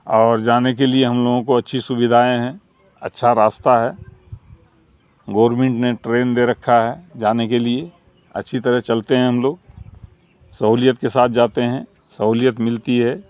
اور جانے کے لیے ہم لوگوں کو اچھی سویدھائیں ہیں اچھا راستہ ہے گورنمنٹ نے ٹرین دے رکھا ہے جانے کے لیے اچھی طرح چلتے ہیں ہم لوگ سہولیت کے ساتھ جاتے ہیں سہولیت ملتی ہے